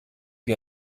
wie